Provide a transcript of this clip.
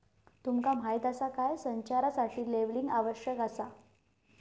तुमका माहीत आसा काय?, संचारासाठी लेबलिंग आवश्यक आसा